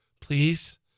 please